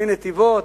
מנתיבות,